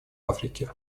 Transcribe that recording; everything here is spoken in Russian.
африке